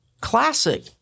classic